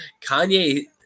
Kanye